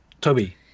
Toby